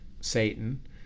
Satan